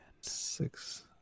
six